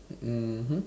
mmhmm